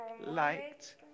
liked